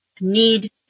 need